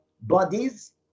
bodies